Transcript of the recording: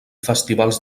festivals